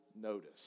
notice